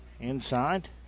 inside